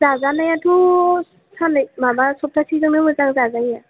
जाजानायाथ' साननै माबा सप्तासेजोंनो मोजां जाजायो